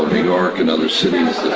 new york, and other cities